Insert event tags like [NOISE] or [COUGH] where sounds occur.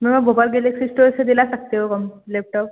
ma'am आप Bhopal galaxy store से दिला सकते हो [UNINTELLIGIBLE] लेपटॉप